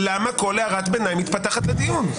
למה כל הערת ביניים מתפתחת לדיון?